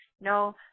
No